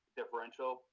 differential